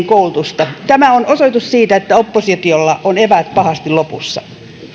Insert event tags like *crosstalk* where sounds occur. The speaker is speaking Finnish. *unintelligible* koulutusta tämä on osoitus siitä että oppositiolla on eväät pahasti lopussa